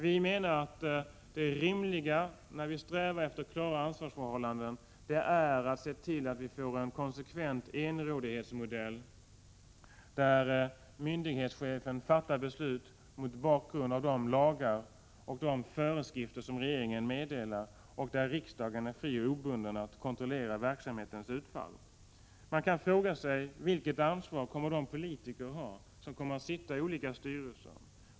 Vi menar att det rimliga, när vi strävar efter klara ansvarsförhållanden, är att se till att få en konsekvent enrådighetsmodell, där myndighetschefen fattar beslut mot bakgrund av de lagar och föreskrifter som regeringen meddelar och där riksdagen är fri och obunden att kontrollera verksamhetens utfall. Man kan fråga sig vilket ansvar de politiker kommer att ha som kommer att sitta i olika styrelser.